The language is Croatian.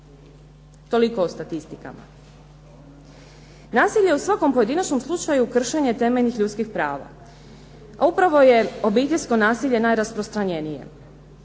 Toliko o statistikama. Nasilje je u svakom pojedinačnom slučaju kršenje temeljnih ljudskih prava. A upravo je obiteljsko nasilje najrasprostranjenije,